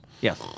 Yes